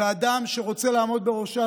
ואדם שרוצה לעמוד בראשה,